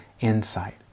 insight